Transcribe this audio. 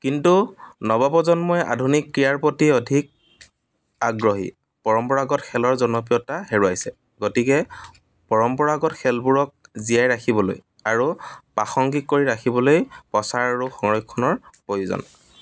কিন্তু নৱপ্ৰজন্মই আধুনিক ক্ৰীয়াৰ প্ৰতি অধিক আগ্ৰহী পৰম্পৰাগত খেলৰ জনপ্ৰিয়তা হেৰুৱাইছে গতিকে পৰম্পৰাগত খেলবোৰক জীয়াই ৰাখিবলৈ আৰু প্ৰাসংগিক কৰি ৰাখিবলৈ প্ৰচাৰ আৰু সংৰক্ষণৰ প্ৰয়োজন